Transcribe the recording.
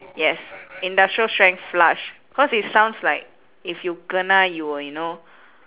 yes industrial strength flush cause it sounds like if you kena you will you know